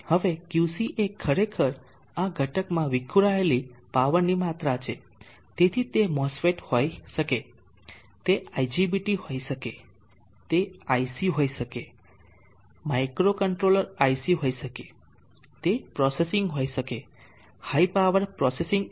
હવે QC એ ખરેખર આ ઘટકમાં વિખુરાયેલી પાવરની માત્રા છે તેથી તે MOSFET હોઈ શકે છે તે IGBT હોઈ શકે છે તે IC હોઈ શકે છે માઇક્રોકન્ટ્રોલર IC હોઈ શકે છે તે પ્રોસેસિંગ હોઈ શકે છે high power processing computing IC